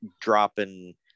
dropping